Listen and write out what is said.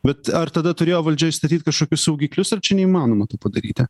bet ar tada turėjo valdžia įstatyt kažkokius saugiklius ar čia neįmanoma to padaryti